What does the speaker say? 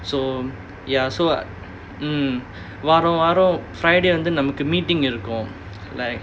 so ya so I mm வாரம் வாரம்:vaaram vaaram friday வந்து நம்மக்கு:vanthu nammakku meeting இருக்கும்:irukkum like